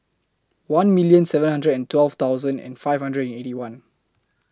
one million seven hundred and twelve thousand and five hundred and Eighty One